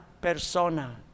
persona